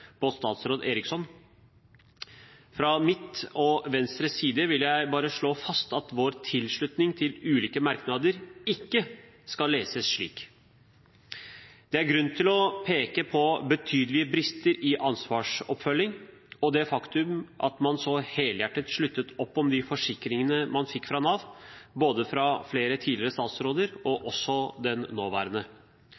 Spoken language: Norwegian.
statsråd Eriksson. Fra min og Venstres side vil jeg bare slå fast at vår tilslutning til ulike merknader ikke skal leses slik. Det er grunn til å peke på betydelige brister i ansvarsoppfølgingen – og det faktum at man så helhjertet sluttet opp om de forsikringer man fikk fra Nav – både fra flere tidligere statsråder og også fra den nåværende.